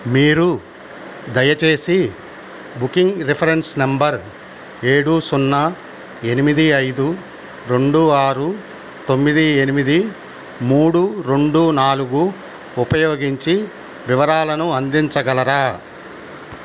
మీరు దయచేసి booking reference number ఏడు సున్నా ఎనిమిది ఐదు రెండు ఆరు తొమ్మిది ఎనిమిది మూడు రెండు నాలుగు ఉపయోగించి వివరాలను అందించగలరా